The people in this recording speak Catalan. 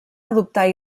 adoptar